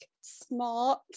smart